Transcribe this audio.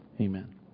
Amen